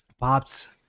Pops